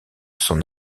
son